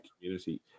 community